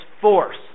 force